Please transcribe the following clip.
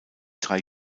drei